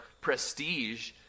prestige